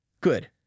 Good